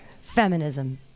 Feminism